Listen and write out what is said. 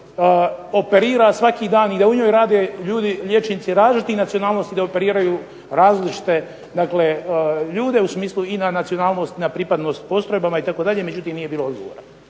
operira svaki dan i da u njoj rade liječnici različitih nacionalnosti, da operiraju različite ljude u smislu i na nacionalnost i pripadnost postojaba itd., međutim nije bilo odgovora.